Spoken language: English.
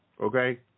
okay